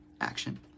action